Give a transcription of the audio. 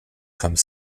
come